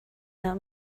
not